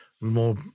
More